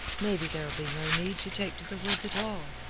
maybe there'll be no need to take to the woods at all,